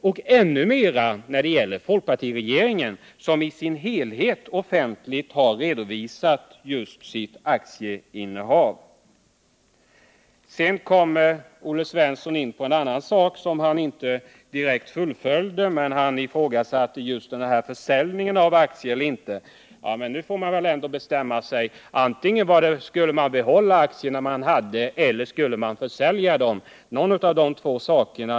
I ännu högre grad gäller det folkpartiregeringen, som i sin helhet offentligen har redovisat sitt aktieinnehav. Olle Svensson kommer sedan in på en annan sak, som han inte direkt fullföljde, då han ifrågasatte försäljningen av aktierna. Nu måste väl ändå Olle Svensson bestämma sig. Antingen skall statsråden behålla de aktier de har eller också skall de försälja dem. Man måste välja något av de två alternativen.